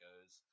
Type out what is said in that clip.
goes